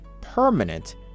permanent